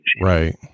Right